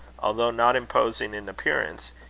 although not imposing in appearance,